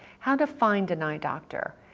how to find an eye doctor.